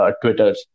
Twitter